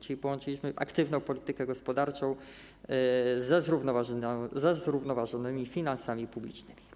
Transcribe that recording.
Czyli połączyliśmy aktywną politykę gospodarczą ze zrównoważonymi finansami publicznymi.